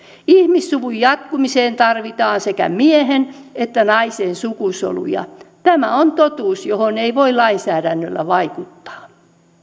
ihmissuvun jatkumiseen tarvitaan sekä miehen että naisen sukusoluja tämä on totuus johon ei voi lainsäädännöllä vaikuttaa